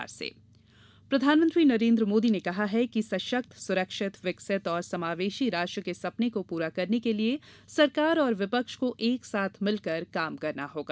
प्रधानमंत्री प्रधानमंत्री नरेंद्र मोदी ने कहा है कि सशक्त् सुरक्षित विकसित और समावेशी राष्ट्रं के सपने को पूरा करने के लिए सरकार और विपक्ष को एक साथ मिलकर काम करना होगा